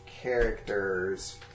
characters